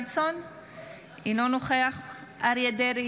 אינו נוכח סימון דוידסון,